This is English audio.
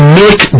make